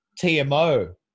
TMO